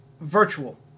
virtual